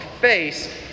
face